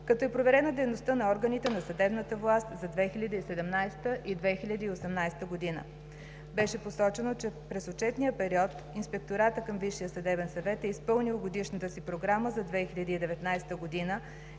като е проверена дейността на органите на съдебната власт за 2017 г. и 2018 г. Беше посочено, че през отчетния период Инспекторатът към Висшия съдебен съвет е изпълнил годишната си програма за 2019 г.,